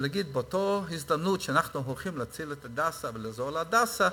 ולהגיד: באותה הזדמנות שאנחנו הולכים להציל את "הדסה" ולעזור ל"הדסה",